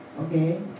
okay